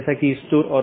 बल्कि कई चीजें हैं